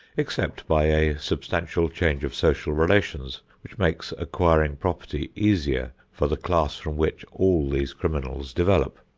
except by a substantial change of social relations which makes acquiring property easier for the class from which all these criminals develop.